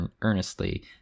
earnestly